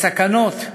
וסכנות.